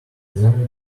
then